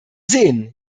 sehen